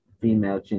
female